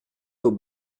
aux